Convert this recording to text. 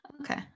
okay